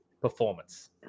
performance